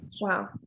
Wow